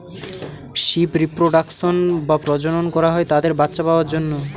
sheep reproduction বা প্রজনন করা হয় তাদের বাচ্চা পাওয়ার জন্য